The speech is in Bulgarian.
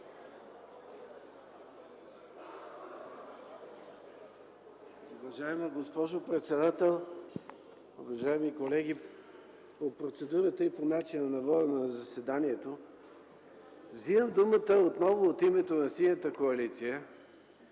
вземам думата отново от името на Синята коалиция